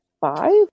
five